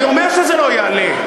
אני אומר שזה לא יעלה,